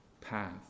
path